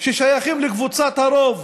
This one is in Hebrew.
ששייכים לקבוצת הרוב,